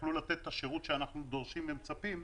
שיכלו לתת את השירות שאנחנו דורשים ומצפים.